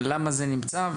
למה זה נמצא,